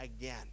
again